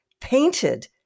painted